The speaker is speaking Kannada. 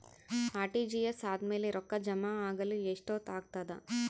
ಆರ್.ಟಿ.ಜಿ.ಎಸ್ ಆದ್ಮೇಲೆ ರೊಕ್ಕ ಜಮಾ ಆಗಲು ಎಷ್ಟೊತ್ ಆಗತದ?